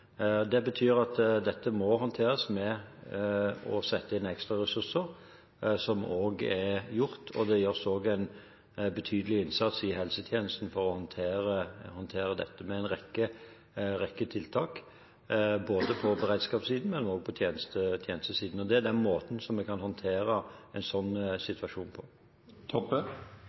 sette inn ekstra ressurser, som også er gjort. Det gjøres også en betydelig innsats i helsetjenesten for å håndtere dette med en rekke tiltak både på beredskapssiden og på tjenestesiden. Det er den måten vi kan håndtere en sånn situasjon